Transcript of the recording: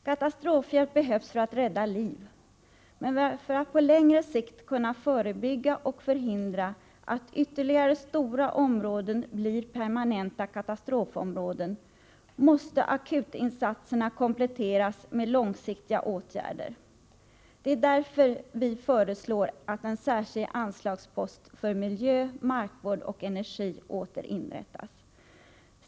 Katastrofhjälp behövs för att rädda liv, men för att på längre sikt kunna förebygga och förhindra att ytterligare stora områden blir permanenta katastrofområden måste akutinsatserna kompletteras med långsiktiga åtgärder. Därför föreslår vi att en särskild anslagspost för miljö, markvård och energi åter inrättas.